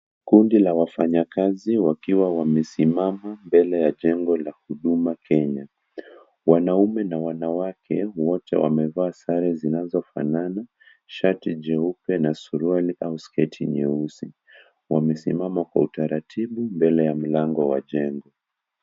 Kundi la wafanyakazi wakiwa wamesimama mbele ya jengo la Huduma Kenya . Wanaume na wanawake, wote wamevaa sare zinazofanana, shati jeupe na suruali au sketi nyeusi. Wamesimama kwa utaratibu mbele ya mlango wa jengo.